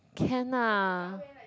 can ah